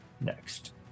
next